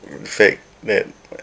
in fact that